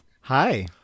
Hi